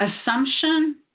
assumption